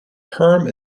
perm